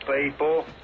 people